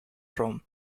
from